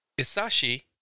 Isashi